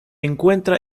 encuentra